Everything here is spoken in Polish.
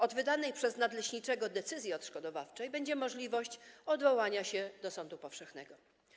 Od wydanej przez nadleśniczego decyzji odszkodowawczej będzie możliwość odwołania się do sądu powszechnego.